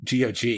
GOG